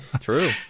true